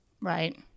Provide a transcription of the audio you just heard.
right